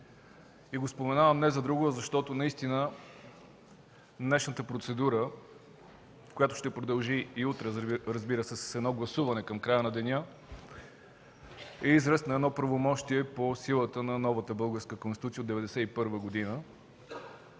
Споменавам го не за друго, а защото наистина днешната процедура, която ще продължи и утре, разбира се, с едно гласуване към края на деня, е израз на едно правомощие по силата на новата българска Конституция от 1991 г.